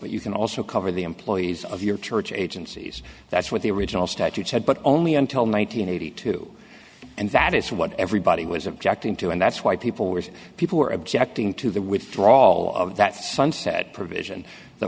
but you can also cover the employees of your church agencies that what the original statute said but only until one thousand nine hundred two and that is what everybody was objecting to and that's why people were people were objecting to the withdrawal of that sunset provision that